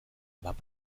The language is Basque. bat